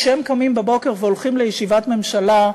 כשהם קמים בבוקר והולכים לישיבת ממשלה,